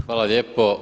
Hvala lijepo.